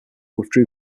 withdrew